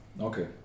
Okay